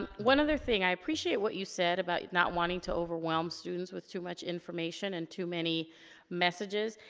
one other thing, i appreciate what you said about not wanting to overwhelm students with too much information, and too many messages.